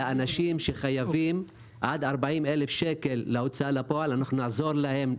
לאנשים שחייבים עד 40 אלף שקל להוצאה לפועל אנחנו נעזור להם,